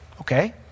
okay